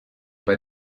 bei